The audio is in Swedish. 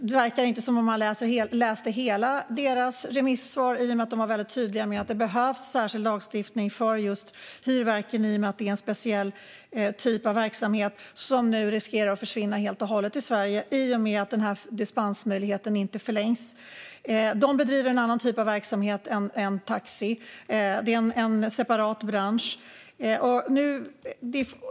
Det verkar inte som att man läste hela deras remissvar. De var väldigt tydliga med att det behövs särskild lagstiftning för hyrverken i och med att det är en speciell typ av verksamhet som nu riskerar att försvinna helt och hållet i Sverige i och med att dispensmöjligheten inte förlängs. De bedriver en annan typ av verksamhet än taxi. Det är en separat bransch.